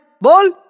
ball